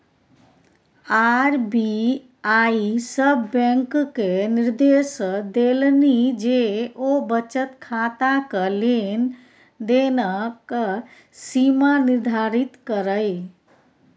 RBI सभ बैंककेँ निदेर्श देलनि जे ओ बचत खाताक लेन देनक सीमा निर्धारित करय